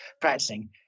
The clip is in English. practicing